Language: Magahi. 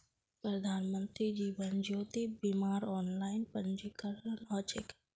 प्रधानमंत्री जीवन ज्योति बीमार ऑनलाइन पंजीकरण ह छेक